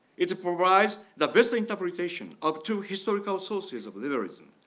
it provides the best interpretation of two historical sources of liberalism.